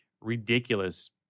ridiculous